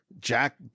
Jack